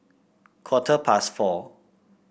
quarter past four